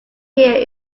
here